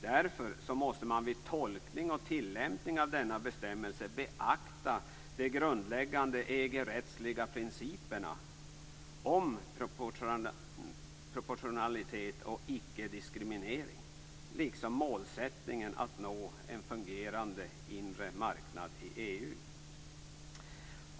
Därför måste man vid tolkning och tillämpning av denna bestämmelse beakta de grundläggande EG-rättsliga principerna om proportionalitet och icke-diskriminering liksom målsättningen att nå en fungerande inre marknad i EU.